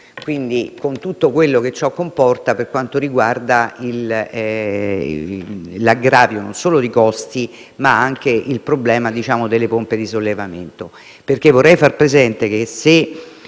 salita, con tutto quello che ciò comporta per quanto riguarda l'aggravio non solo dei costi, ma anche il problema delle pompe di sollevamento. Vorrei far presente che,